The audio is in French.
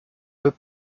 veux